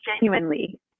genuinely